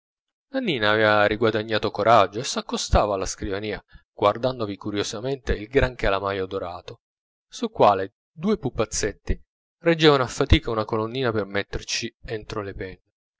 nannina aveva riguadagnato coraggio e s'accostava alla scrivania guardandovi curiosamente il gran calamaio dorato sul quale due pupazzetti reggevano a fatica una colonnina per metterci entro le penne